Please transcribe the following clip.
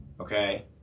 okay